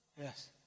Yes